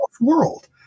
world